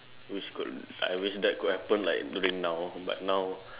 which could I wish that could happen like during now but now